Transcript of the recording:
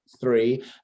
three